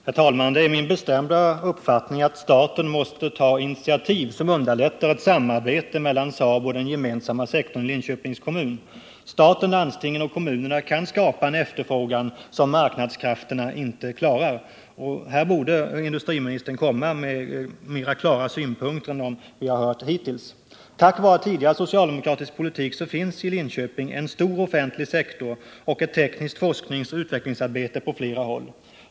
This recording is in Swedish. Herr talman! Det är min bestämda uppfattning att staten måste ta initiativ som underlättar samarbete mellan Saab och den gemensamma sektorn i Linköpings kommun. Staten, landstingen och kommunerna kan skapa en efterfrågan som marknadskrafterna inte klarar. Här borde industriministern komma med klarare synpunkter än dem vi har hört hittills. Tack vare tidigare socialdemokratisk politik finns det i Linköping en stor offentlig sektor och ett tekniskt forskningsoch utvecklingsarbete på flera håll.